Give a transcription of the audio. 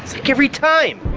like every time!